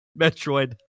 Metroid